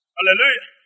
Hallelujah